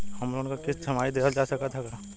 Home loan क किस्त छमाही देहल जा सकत ह का?